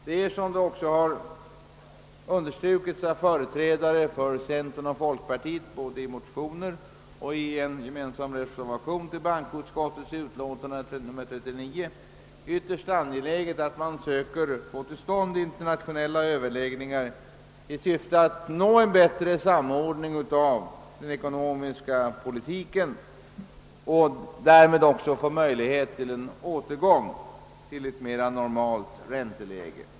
Det är, såsom också understrukits av företrädare för centern och folkpartiet både i motioner och i en gemensam reservation fogad vid bankoutskottets utlåtande nr 39, ytterst angeläget att man försöker få till stånd internationella överläggningar i syfte att nå en bättre samordning av den ekonomiska politiken i olika länder och därmed också möjlighet till en återgång till ett mera normalt ränteläge.